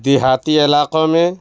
دیہاتی علاقوں میں